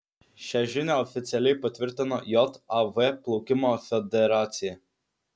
šią žinią oficialiai patvirtino jav plaukimo federacija